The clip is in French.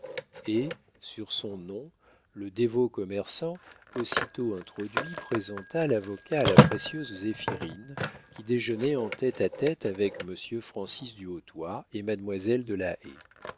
et sur son nom le dévot commerçant aussitôt introduit présenta l'avocat à la précieuse zéphirine qui déjeunait en tête à tête avec monsieur francis du hautoy et mademoiselle de la